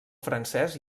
francès